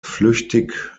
flüchtig